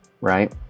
right